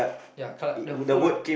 ya Kalar~ the full